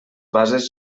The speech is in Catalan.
bases